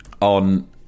On